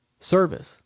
service